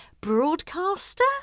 broadcaster